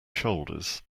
shoulders